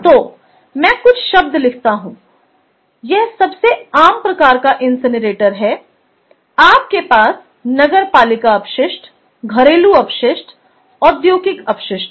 तो मैं कुछ शब्द लिखता हूं यह सबसे आम प्रकार का इनसिनरेटर है आपके पास नगरपालिका अपशिष्ट घरेलू अपशिष्ट औद्योगिक अपशिष्ट है